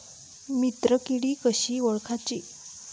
मित्र किडी कशी ओळखाची?